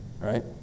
right